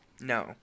No